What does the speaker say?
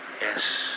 Yes